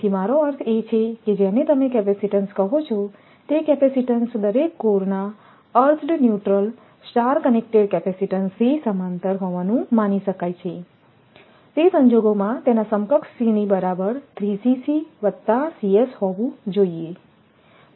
તેથી મારો અર્થ એ છે કે જેને તમે કેપેસિટીન્સ કહો છો તે કેપેસિટીન્સ દરેક કોરના અર્થડ ન્યુટ્રલ સ્ટાર કનેક્ટેડ કેપેસિટીન્સથી સમાંતર હોવાનું માની શકાય છે તે સંજોગોમાં તેના સમકક્ષ Cની બરાબર હોવું જોઈએ